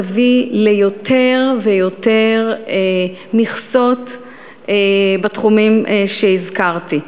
תביא ליותר ויותר מכסות בתחומים שהזכרתי.